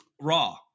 raw